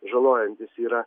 žalojantis yra